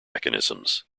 mechanisms